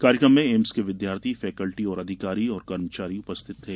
कार्यक्रम में एम्स के विद्यार्थी फैकल्टी और अधिकारी एवं कर्मचारी उपस्थित थे